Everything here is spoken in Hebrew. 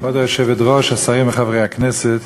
כבוד היושבת-ראש, השרים וחברי הכנסת,